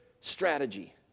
strategy